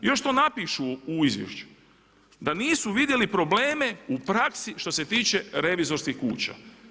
Još to napišu u izvješću, da nisu vidjeli probleme u praksi što se tiče revizorskih kuća.